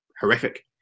horrific